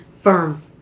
firm